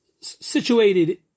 situated